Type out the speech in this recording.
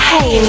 Hey